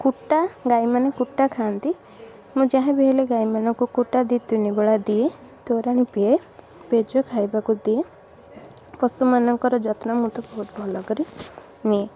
କୁଟା ଗାଈମାନେ କୁଟା ଖାଆନ୍ତି ମୁଁ ଯାହା ବି ହେଲେ ଗାଈମାନଙ୍କୁ କୁଟା ଦୁଇ ତିନି ବେଳା ଦିଏ ତୋରାଣି ପିଏ ପେଜ ଖାଇବାକୁ ଦିଏ ପଶୁମାନଙ୍କର ଯତ୍ନ ମୁଁ ତ ବହୁତ ଭଲ କରି ନିଏ